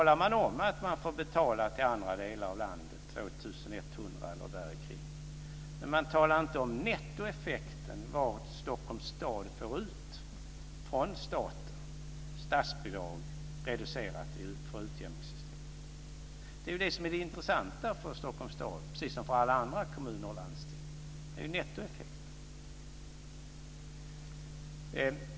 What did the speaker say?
Det talas om att man får betala till andra delar av landet. Man får betala 2 100 eller däromkring. Men det talas inte om nettoeffekten, om vad Stockholms stad får ut av staten - statsbidrag reducerat för utjämningssystemet. Det är det som är det intressanta för Stockholms stad, precis som för alla andra kommuner och landsting. Det är nettoeffekten.